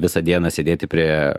visą dieną sėdėti prie